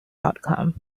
outcome